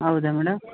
ಹೌದಾ ಮೇಡಮ್